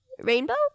Rainbow